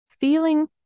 feeling